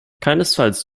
keinesfalls